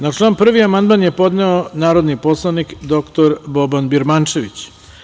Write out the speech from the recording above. Na član 1. amandman je podneo narodni poslanik dr Boban Birmančević.